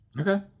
Okay